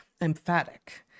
emphatic